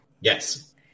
Yes